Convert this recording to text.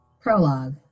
Prologue